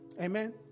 Amen